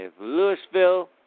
Louisville